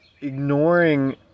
ignoring